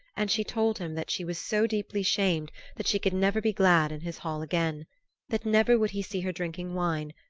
and she told him that she was so deeply shamed that she could never be glad in his hall again that never would he see her drinking wine,